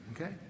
Okay